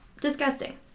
Disgusting